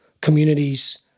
communities